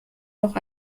noch